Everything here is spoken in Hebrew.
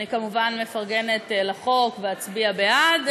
אני כמובן מפרגנת על החוק ואצביע בעד.